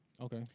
Okay